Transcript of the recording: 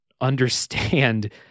understand